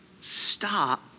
stop